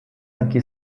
anche